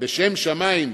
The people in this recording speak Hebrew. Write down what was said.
בשם שמים,